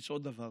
יש עוד דבר